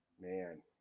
Man